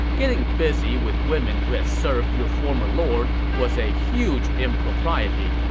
getting busy with women who had served your former lord was a huge impropriety,